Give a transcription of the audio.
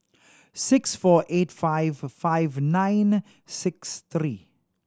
six four eight five five nine six three